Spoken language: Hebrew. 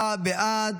29 בעד,